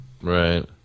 Right